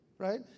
right